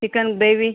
chicken gravy